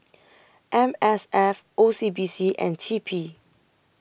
M S F O C B C and T P